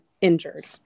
injured